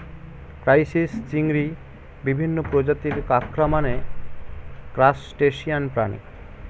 crisis, চিংড়ি, বিভিন্ন প্রজাতির কাঁকড়া মানে ক্রাসটেসিয়ান প্রাণী